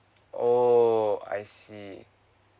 oo I see